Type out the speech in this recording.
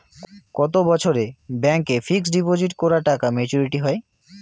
কত বছরে ব্যাংক এ ফিক্সড ডিপোজিট করা টাকা মেচুউরিটি হয়?